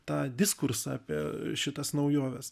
tą diskursą apie šitas naujoves